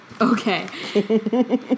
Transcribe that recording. okay